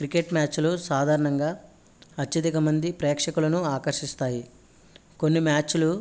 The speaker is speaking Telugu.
క్రికెట్ మ్యాచ్లో సాధారణంగా అత్యధిక మంది ప్రేక్షకులను ఆకర్షిస్తాయి కొన్ని మ్యాచ్లు